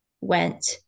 went